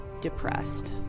depressed